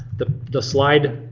the the slide.